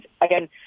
again